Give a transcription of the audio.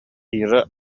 ира